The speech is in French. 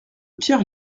pierre